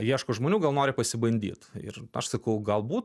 ieško žmonių gal nori pasibandyt ir aš sakau galbūt